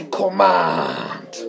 command